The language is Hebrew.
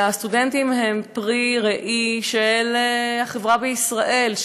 והסטודנטים הם פרי ראי של החברה בישראל,